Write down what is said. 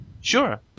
Sure